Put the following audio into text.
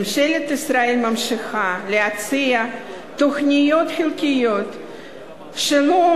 ממשלת ישראל ממשיכה להציע תוכניות חלקיות שלא